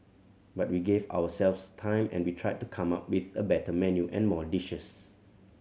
but we gave ourselves time and we tried to come up with a better menu and more dishes